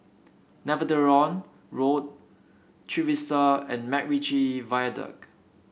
Netheravon Road Trevista and MacRitchie Viaduct